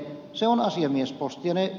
se on asiamiesposti